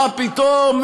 מה פתאום.